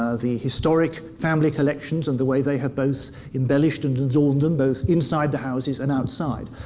the historic family collections, and the way they have both embellished and absorbed them, both inside the houses and outside,